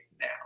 now